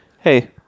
hey